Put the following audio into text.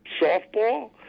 softball